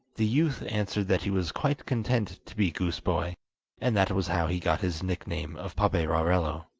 the youth answered that he was quite content to be goose-boy and that was how he got his nickname of paperarello.